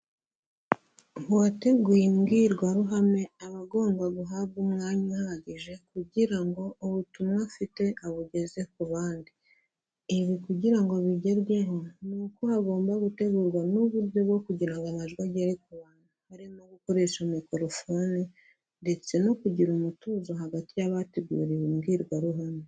Uwateguye imbwirwaruhame aba agomba guhabwa umwanya uhagije kugira ngo ubutumwa afite abugeze ku bandi, ibi kugira ngo bigerweho ni uko hagomba gutegurwa n'uburyo bwo kugira ngo amajwi agere ku bantu, harimo gukoresha mikorofone ndetse no kugira umutuzo hagati y'abateguye imbwirwaruhame.